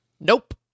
Nope